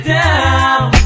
down